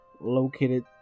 located